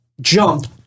jump